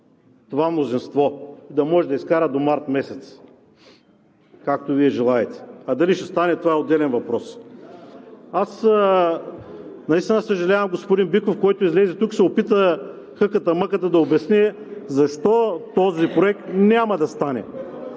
това мнозинство да може да изкара до месец март, както Вие желаете. А дали ще стане, това е отделен въпрос. Аз наистина съжалявам господин Биков, който излезе тук и се опита, хъката-мъката. да обясни защо този проект няма да стане.